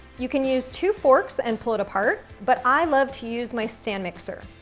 you can use two forks and pull it apart, but i love to use my stand mixer.